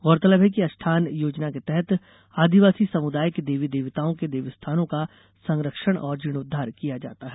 गौरतलब है कि आस्ठान योजना के तहत आदिवासी समुदाय के देवी देवताओं के देवस्थानों का संरक्षण और जीर्णोद्धार किया जाता है